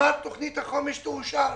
תוכנית החומש תאושר